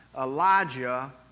Elijah